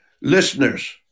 listeners